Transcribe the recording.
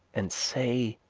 and say,